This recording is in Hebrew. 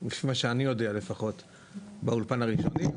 לפי מה שאני יודע לפחות, באולפן הראשוני.